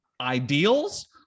ideals